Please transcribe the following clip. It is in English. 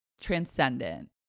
transcendent